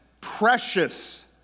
precious